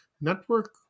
network